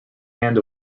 hand